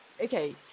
Okay